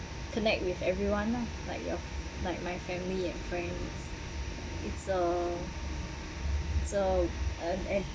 connect with everyone ah like your like my family and friends it's uh it's uh an